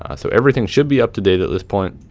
ah so everything should be up-to-date at this point,